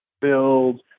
build